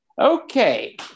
Okay